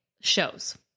shows